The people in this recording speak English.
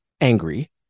angry